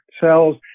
cells